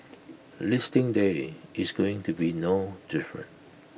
listing day is going to be no different